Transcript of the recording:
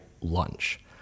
lunch